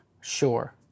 Sure